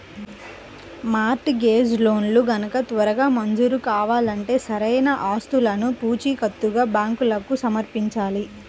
mart gauge లోన్లు గనక త్వరగా మంజూరు కావాలంటే సరైన ఆస్తులను పూచీకత్తుగా బ్యాంకులకు సమర్పించాలి